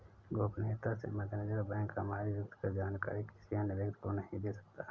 गोपनीयता के मद्देनजर बैंक हमारी व्यक्तिगत जानकारी किसी अन्य व्यक्ति को नहीं दे सकता